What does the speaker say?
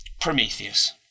Prometheus